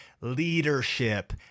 leadership